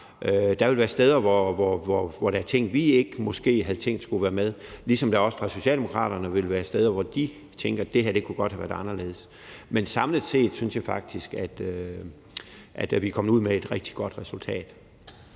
Der vil være steder, hvor der er ting, vi måske ikke havde tænkt skulle være med, ligesom der også for Socialdemokraterne vil være steder, hvor de tænker: Det her kunne godt have været anderledes. Men samlet set synes jeg faktisk, at vi er kommet ud med et rigtig godt resultat.